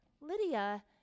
Lydia